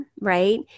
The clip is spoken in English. Right